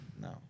no